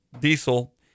Diesel